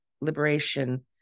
liberation